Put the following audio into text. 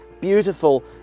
beautiful